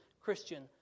Christian